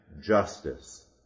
justice